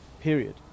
period